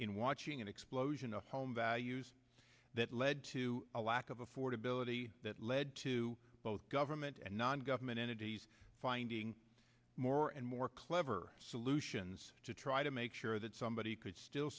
in watching an explosion the home values that led to a lack of affordability that led to both government and non government entities finding more and more clever solutions to try to make sure that somebody could still